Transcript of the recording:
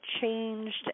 changed